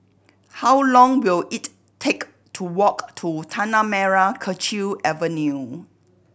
how long will it take to walk to Tanah Merah Kechil Avenue